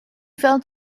felt